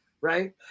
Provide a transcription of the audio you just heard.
right